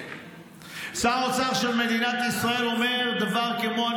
שר האוצר של מדינת ישראל אומר דבר כמו: